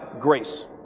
grace